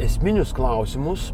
esminius klausimus